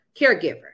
caregiver